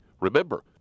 Remember